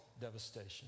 devastation